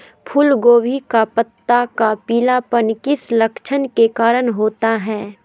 फूलगोभी का पत्ता का पीलापन किस लक्षण के कारण होता है?